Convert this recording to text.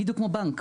בדיוק כמו בנק,